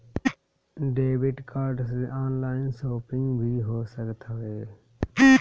debit card से online shopping भी हो सकत हवे